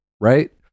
right